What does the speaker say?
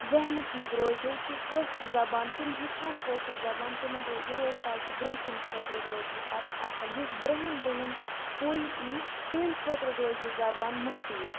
ذہنَس منٛز روزِہے کہِ کٲشِر زبان تِم ہیٚچھِ ہان کٲشِر زبان تِمَن رو یہِ روزِ تاکہِ برونٛہہ کُن خٲطرٕ روزِ یہِ پَتہٕ اَصٕل یُس برٛہِم برٛہِم پُے ای تِہِنٛدۍ خٲطرٕ روزِ یہِ زبان مُفیٖد